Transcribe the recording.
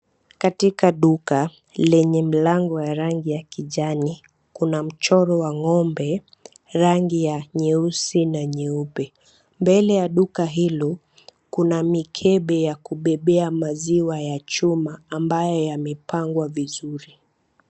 Katika duka lenye mlango wa rangi ya kijani, kuna mchoro wa ng'ombe rangi ya nyeusi na nyeupe. Mbele ya duka hilo kuna mikebe ya kubebea maziwa ya chuma ambayo yamepangwa vizuri.